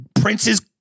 Prince's